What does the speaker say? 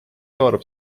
haarab